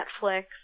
Netflix